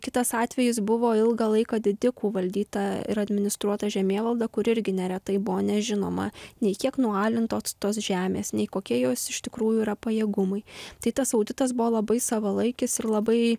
kitas atvejis buvo ilgą laiką didikų valdyta ir administruota žemėvalda kuri irgi neretai buvo nežinoma nei kiek nualintos tos žemės nei kokie jos iš tikrųjų yra pajėgumai tai tas auditas buvo labai savalaikis ir labai